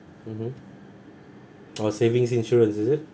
mmhmm oh savings insurance is it